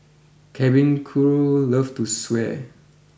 cabin crew love to swear